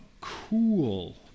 cool